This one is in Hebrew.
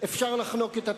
אפשר לחנוק את הטרור.